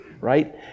right